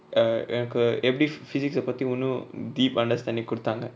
err எனக்கு எப்டி:enaku epdi physics ah பத்தி ஒன்னு:pathi onnu deep understanding குடுத்தாங்க:kuduthanga